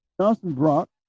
Johnson-Brock